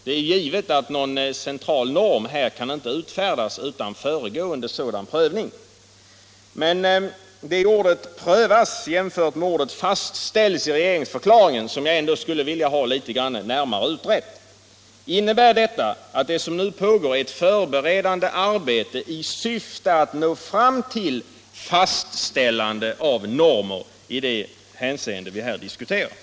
Det är givet att någon central norm här inte kan utfärdas utan föregående sådan prövning. Men det är ordet ”prövas” jämfört med ordet ”fastställs” i regeringsdeklarationen som jag skulle vilja ha litet närmare utrett. Innebär socialministerns ordval nu att det som pågår är ett förberedande arbete i syfte att nå fram till fastställande av normer i det hänseende vi här diskuterar?